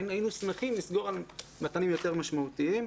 היינו שמחים לסגור על מתנים יותר משמעותיים.